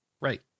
right